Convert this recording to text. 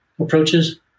approaches